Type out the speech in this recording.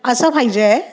असं पाहिजे आहे